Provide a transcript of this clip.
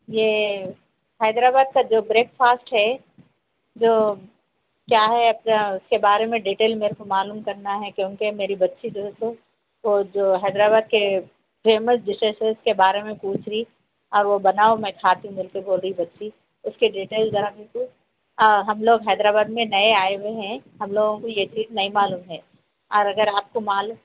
یہ حیدرآباد کا جو بریک فاسٹ ہے جو کیا ہے اپنا اس کے بارے میں ڈٹیل میرے کو معلوم کرنا ہے کیونکہ میری بچی جو سو وہ جو حیدرآباد کے فیمس ڈشز کے بارے میں پوچھ رہی اور وہ بناؤ میں کھاتی بول کے بول رہی بچی اس کی ڈٹیل ذرا ہم کو ہم لوگ حیدرآباد میں نئے آئے ہوئے ہیں ہم لوگوں کو یہ چیز نہیں معلوم ہے اور اگر آپ کو معلوم